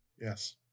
Yes